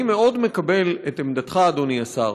אני מאוד מקבל את עמדתך, אדוני השר,